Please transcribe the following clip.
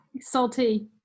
salty